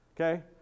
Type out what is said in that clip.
Okay